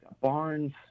Barnes